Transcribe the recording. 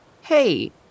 Hey